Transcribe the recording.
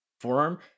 forearm